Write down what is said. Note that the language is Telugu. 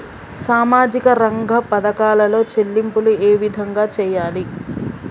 సామాజిక రంగ పథకాలలో చెల్లింపులు ఏ విధంగా చేయాలి?